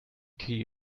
kriege